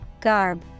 Garb